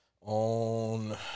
on